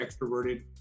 extroverted